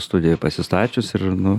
studijoje pasistačius ir nu